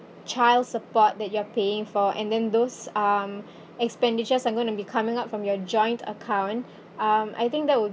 child support that you are paying for and then those um expenditures are going to be coming up from your joint account um I think that would